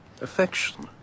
affection